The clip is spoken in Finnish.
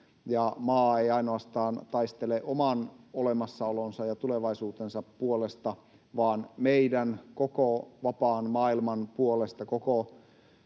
maa eivät ainoastaan taistele oman olemassaolonsa ja tulevaisuutensa puolesta, vaan meidän koko vapaan maailmamme puolesta, koko